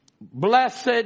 Blessed